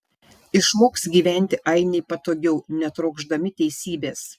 išmoks gyventi ainiai patogiau netrokšdami teisybės